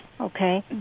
okay